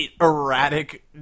erratic